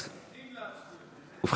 מתים להצביע.